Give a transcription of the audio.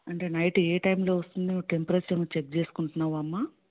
అంటే నైట్ ఏ టైమ్లో వస్తుందో టెంపరేచర్ నువ్వు చెక్ చేసుకుంటున్నావా అమ్మ